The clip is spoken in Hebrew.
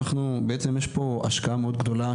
אנחנו בעצם יש פה השקעה מאוד גדולה,